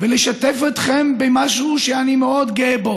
ולשתף אתכם במשהו שאני מאד גאה בו,